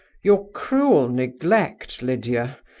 your cruel neglect, lydia,